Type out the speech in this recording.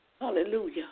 Hallelujah